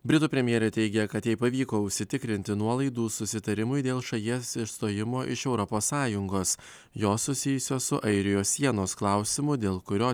britų premjerė teigia kad jai pavyko užsitikrinti nuolaidų susitarimui dėl šalies išstojimo iš europos sąjungos jos susijusios su airijos sienos klausimu dėl kurio